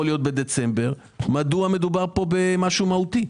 העודפים יכולה להיות בדצמבר מדוע מדובר פה במשהו מהותי?